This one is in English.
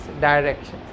direction